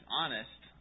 honest